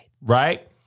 right